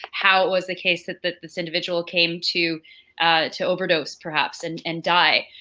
how it was the case that the this individual came to to overdose, perhaps, and and die.